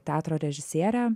teatro režisierė